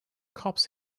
cops